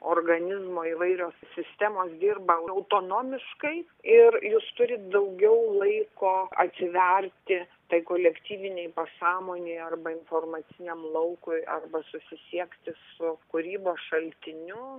organizmo įvairios sistemos dirba autonomiškai ir jis turi daugiau laiko atsiverti tai kolektyvinei pasąmonei arba informaciniam laukui arba susisiekti su kūrybos šaltiniu